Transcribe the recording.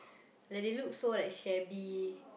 like they look so like shabby